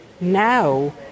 now